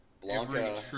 Blanca